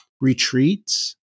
retreats